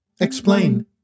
Explain